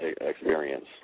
experience